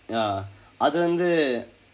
ya அது வந்து:athu vandthu